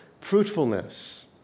fruitfulness